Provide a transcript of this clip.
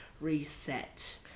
reset